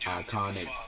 iconic